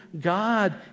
God